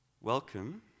Welcome